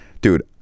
dude